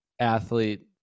athlete